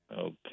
Okay